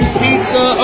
pizza